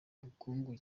bukungu